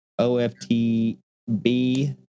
OFTB